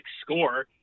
score